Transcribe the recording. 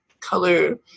color